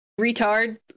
retard